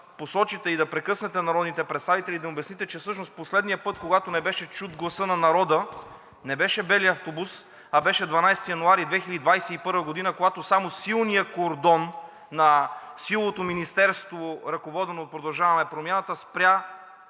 посочите, да прекъснете народните представители и да им обясните, че всъщност последния път, когато не беше чут гласът на народа, не беше белият автобус, а беше 12 януари 2021 г., когато само силният кордон на силовото министерство, ръководено от „Продължаваме Промяната“, спря